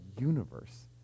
universe